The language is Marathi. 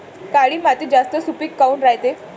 काळी माती जास्त सुपीक काऊन रायते?